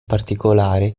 particolare